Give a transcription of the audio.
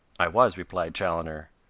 i was, replied chaloner.